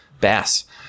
Bass